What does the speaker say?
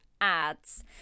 ads